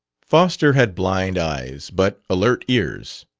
foster had blind eyes, but alert ears.